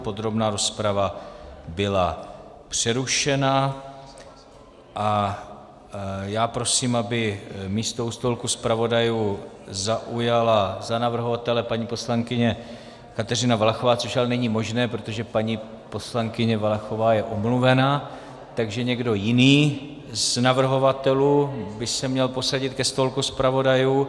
Podrobná rozprava byla přerušena a já prosím, aby místo u stolku zpravodajů zaujala za navrhovatele poslankyně Kateřina Valachová, což ale není možné, protože poslankyně Valachová je omluvena, takže někdo jiný z navrhovatelů by se měl posadit ke stolku zpravodajů.